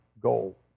goal